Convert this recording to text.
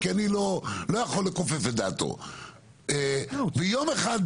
כי אני לא יכול לכופף את דעתו --- אין ויכוח.